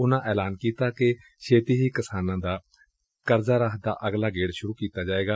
ਉਨੂਾ ਐਲਾਨ ਕੀਤਾ ਕਿ ਛੇਤੀ ਹੀ ਕਿਸਾਨਾਂ ਲਈ ਕਰਜਾ ਰਾਹਤ ਦਾ ਅਗਲਾ ਗੇੜ ਸੁਰੂ ਕੀਤਾ ਜਾਏਗਾ